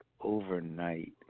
overnight